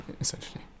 essentially